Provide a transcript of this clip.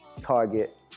target